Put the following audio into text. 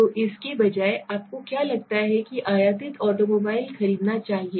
तो इसके बजाय आपको क्या लगता है कि आयातित ऑटोमोबाइल खरीदना चाहिए